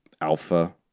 alpha